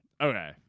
Okay